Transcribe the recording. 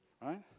right